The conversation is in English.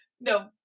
no